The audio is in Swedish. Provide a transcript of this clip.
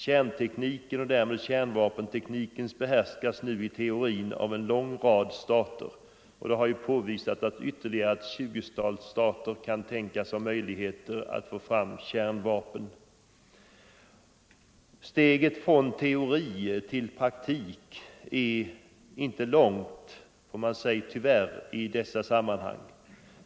Kärntekniken och därmed kärnvapentekniken behärskas nu i teorin av en lång rad stater. Det har ju påvisats att ytterligare ett tjugotal stater kan ha möjligheter att få fram kärnvapen. Steget från teori till praktik är inte långt — man måste säga tyvärr — i dessa sammanhang.